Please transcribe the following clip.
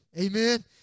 Amen